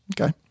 Okay